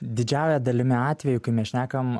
didžiąja dalimi atvejų kai mes šnekam